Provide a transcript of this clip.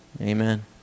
amen